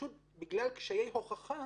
פשוט בגלל קשיי הוכחה,